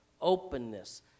openness